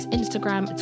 Instagram